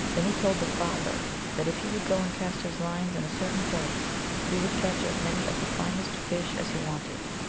then he told the father that if he would go and cast his lines in a certain place he would catch as many of the finest fish as he wanted.